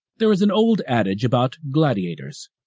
there is an old adage about gladiators,